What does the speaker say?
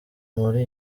muri